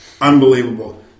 Unbelievable